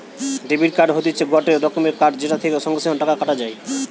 debit card হতিছে গটে রকমের কার্ড যেটা থেকে সঙ্গে সঙ্গে টাকা কাটা যায়